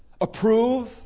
Approve